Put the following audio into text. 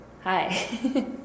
Hi